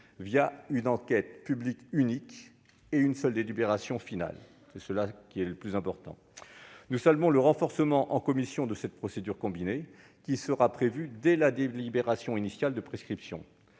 PLUi une enquête publique unique et une seule délibération finale. Voilà le plus important ! Nous saluons le renforcement par la commission de cette procédure combinée, qui sera prévue dès la délibération initiale de prescription.